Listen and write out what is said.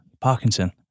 Parkinson